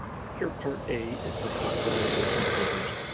medicare part a is for hospitalization coverage,